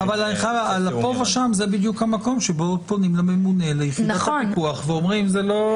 שבו פונים לממונה ואומרים.